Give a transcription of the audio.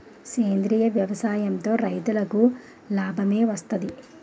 సేంద్రీయ వ్యవసాయం తో రైతులకి నాబమే వస్తది